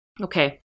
Okay